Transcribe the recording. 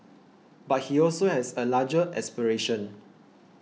but he also has a larger aspiration